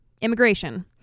immigration